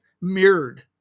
mirrored